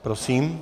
Prosím.